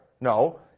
No